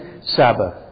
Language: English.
Sabbath